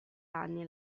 anni